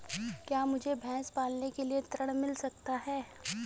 क्या मुझे भैंस पालने के लिए ऋण मिल सकता है?